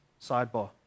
Sidebar